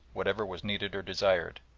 whatever was needed or desired,